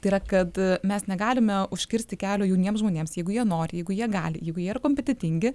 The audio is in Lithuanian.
tai yra kad mes negalime užkirsti kelio jauniems žmonėms jeigu jie nori jeigu jie gali jeigu jie yra kompetentingi